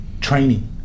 training